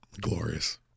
glorious